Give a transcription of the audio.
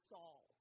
Saul